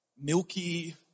milky